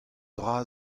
dra